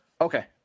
okay